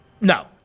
No